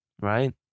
right